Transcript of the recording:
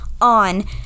on